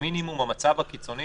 שבמצב הקיצוני